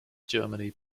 germany